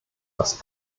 das